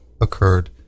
occurred